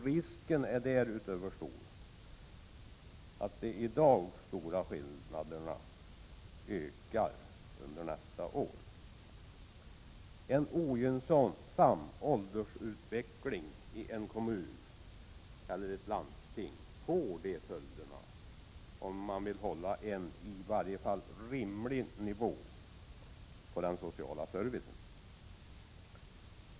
Risken är också stor att de i dag stora skillnaderna ökar under nästa år. En ogynnsam åldersutveckling i en kommun eller ett landsting får sådana följder, om man vill hålla en i varje fall rimlig nivå på den sociala servicen.